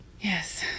Yes